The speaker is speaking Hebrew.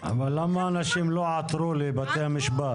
--- אבל למה האנשים לא עתרו לבתי המשפט?